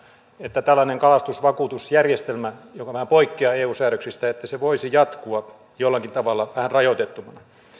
että tällainen kalastusvakuutusjärjestelmä joka vähän poikkeaa eu säädöksistä voisi jatkua jollakin tavalla vähän rajoitettuna